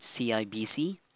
CIBC